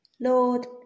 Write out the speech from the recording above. Lord